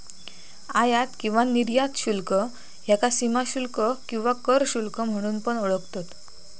आयात किंवा निर्यात शुल्क ह्याका सीमाशुल्क किंवा कर शुल्क म्हणून पण ओळखतत